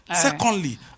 Secondly